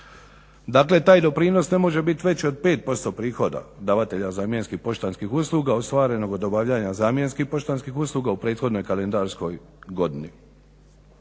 Dakle, taj doprinos ne može biti veći od 5% prihoda davatelja zamjenskih poštanskih usluga ostvarenog od obavljanja zamjenskih poštanskih usluga u prethodnoj kalendarskoj godini.